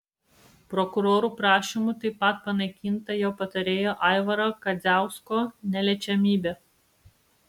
prokurorų prašymu taip pat panaikinta jo patarėjo aivaro kadziausko neliečiamybė